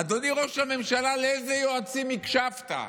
אדוני ראש הממשלה, לאיזה יועצים הקשבת?